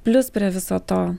plius prie viso to